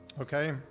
okay